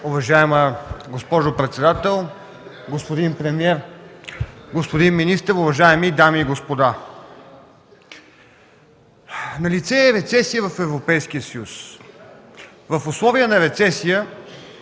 Уважаема госпожо председател, господин премиер, господин министър, уважаеми дами и господа! Налице е рецесия в Европейския съюз. В условия на рецесия